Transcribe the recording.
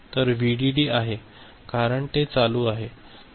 तर हे व्हीडीडी आहे आणि कारण ते चालू आहे